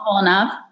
enough